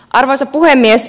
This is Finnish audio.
arvoisa puhemies